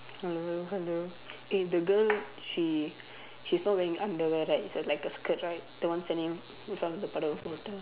hello hello hello eh the girl she she's not wearing underwear right it's like a skirt right the one standing in front of the puddle of water